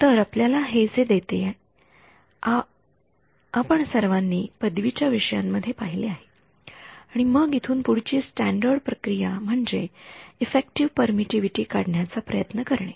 तर ते आपल्याला हे देते जे आपण सर्वानी पदवी च्या विषयांमध्ये पाहिले आहे आणि मग इथून पुढची स्टँडर्ड प्रक्रिया म्हणजे इफ्फेक्टिव्ह परमिटिव्हिटी काढण्याचा प्रयत्न करणे